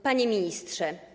Panie Ministrze!